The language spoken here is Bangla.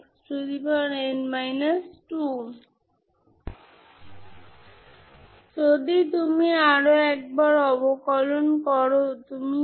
যখন P 1 এবং 1 উভয়ই 0বাউন্ডারি কন্ডিশনগুলি y এবংy সীমাবদ্ধ হওয়া উচিত